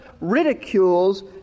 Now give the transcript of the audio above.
ridicules